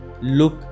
look